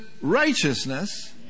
righteousness